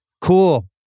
cool